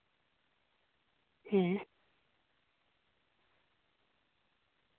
ᱦᱮᱸ